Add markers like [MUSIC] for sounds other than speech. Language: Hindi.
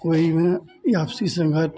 कोई आपसी [UNINTELLIGIBLE]